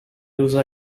loose